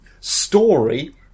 story